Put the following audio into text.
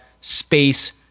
space